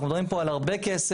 אנחנו מדברים פה על הרבה כסף.